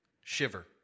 shiver